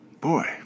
boy